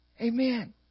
Amen